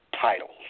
titles